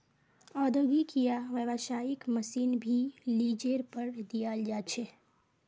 औद्योगिक या व्यावसायिक मशीन भी लीजेर पर दियाल जा छे